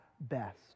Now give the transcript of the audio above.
best